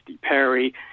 perry